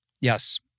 Yes